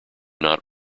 not